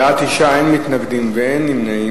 בעד, 9, אין מתנגדים, אין נמנעים.